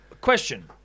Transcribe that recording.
Question